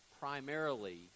primarily